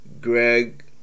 Greg